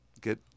get